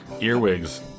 Earwigs